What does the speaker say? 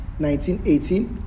1918